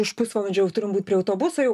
už pusvalandžio jau turim būt prie autobuso jau